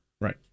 Right